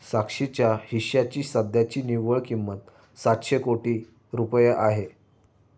साक्षीच्या हिश्श्याची सध्याची निव्वळ किंमत सातशे कोटी रुपये आहे